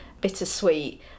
bittersweet